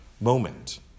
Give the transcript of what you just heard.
moment